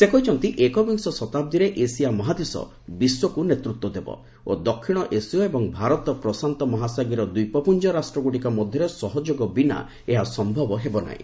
ସେ କହିଛନ୍ତି ଏକବିଂଶ ଶତାବ୍ଦୀରେ ଏସିଆ ମହାଦେଶ ବିଶ୍ୱକୁ ନେତୃତ୍ୱ ଦେବ ଓ ଦକ୍ଷିଣ ଏସୀୟ ଏବଂ ଭାରତ ପ୍ରଶାନ୍ତ ମହାସାଗରୀୟ ଦ୍ୱୀପପୁଞ୍ଜ ରାଷ୍ଟ୍ରଗୁଡ଼ିକ ମଧ୍ୟରେ ସହଯୋଗ ବିନା ଏହା ସମ୍ଭବ ହେବ ନାହିଁ